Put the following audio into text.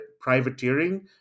privateering